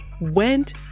went